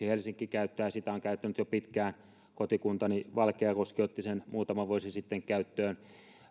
helsinki käyttää sitä on käyttänyt jo pitkään kotikuntani valkeakoski otti sen muutama vuosi sitten käyttöön kun